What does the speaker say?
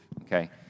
okay